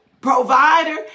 provider